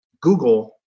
Google